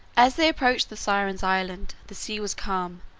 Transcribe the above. as they approached the sirens' island, the sea was calm,